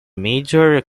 major